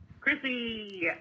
Chrissy